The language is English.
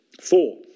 Four